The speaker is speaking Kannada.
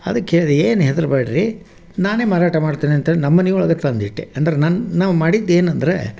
ಅದಕ್ಕೆ ಹೇಳಿದೆ ಏನು ಹೆದ್ರ ಬೇಡ್ರಿ ನಾನೇ ಮಾರಾಟ ಮಾಡ್ತೀನಂತೇಳಿ ನಮ್ಮ ಮನೆ ಒಳಗೆ ತಂದಿಟ್ಟೆ ಅಂದ್ರೆ ನನ್ನ ನಾವು ಮಾಡಿದ್ದೇನಂದರೆ